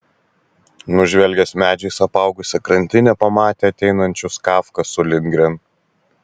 nužvelgęs medžiais apaugusią krantinę pamatė ateinančius kafką su lindgren